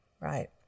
right